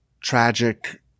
tragic